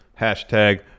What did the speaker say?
Hashtag